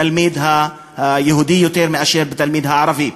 לתלמיד היהודי מאשר לתלמיד הערבי.